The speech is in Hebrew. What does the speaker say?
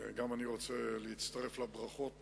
גם אני רוצה להצטרף לברכות